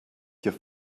your